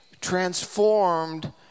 transformed